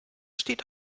steht